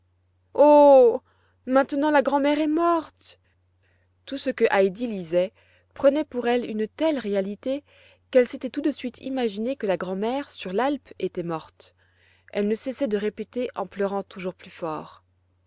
maintenant la grand'mère est morte tout ce que heidi lisait prenait pour elle une telle réalité qu'elle s'était tout de suite imaginé que la grand'mère sur l'alpe était morte elle ne cessait de répéter en pleurant toujours plus fort